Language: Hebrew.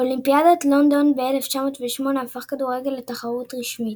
באולימפיאדת לונדון ב-1908 הפך הכדורגל לתחרות רשמית.